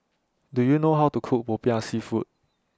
Do YOU know How to Cook Popiah Seafood